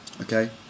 okay